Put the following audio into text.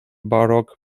baroque